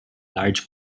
large